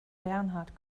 bernhard